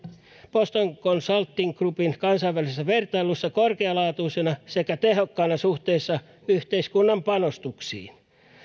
boston consulting groupin kansainvälisessä vertailussa korkealaatuisena ja tehokkaana suhteessa yhteiskunnan panostuksiin